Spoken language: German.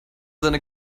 seine